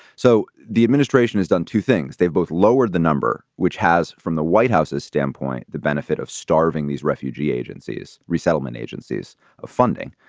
so the administration has done two things. they've both lowered the number, which has, from the white house's standpoint, the benefit of starving these refugee agencies, resettlement agencies of funding.